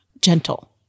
gentle